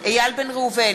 איל בן ראובן,